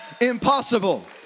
impossible